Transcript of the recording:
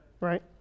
Right